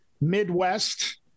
Midwest